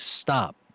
stop